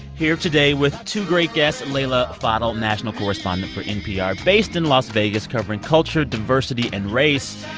here today with two great guests, leila fadel, national correspondent for npr based in las vegas covering culture, diversity and race,